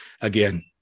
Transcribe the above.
again